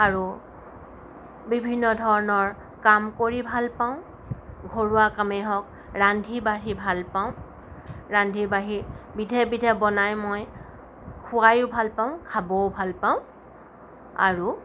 আৰু বিভিন্ন ধৰণৰ কাম কৰি ভাল পাওঁ ঘৰুৱা কামেই হওক ৰান্ধি বাঢ়ি ভাল পাওঁ ৰান্ধি বাঢ়ি বিধে বিধে বনাই মই খোৱাই ভাল পাওঁ খাবও ভাল পাওঁ আৰু